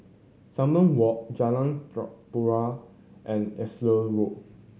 Salam Walk Jalan Tempua and Ellis Road